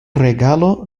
regalo